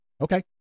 Okay